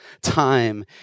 time